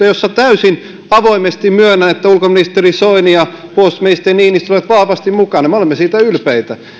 jossa täysin avoimesti myönnän ulkoministeri soini ja puolustusministeri niinistö ovat vahvasti mukana me olemme ylpeitä